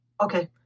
okay